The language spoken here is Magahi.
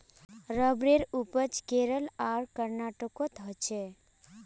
रबरेर उपज केरल आर कर्नाटकोत होछे